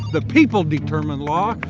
the people determine law.